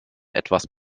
etwas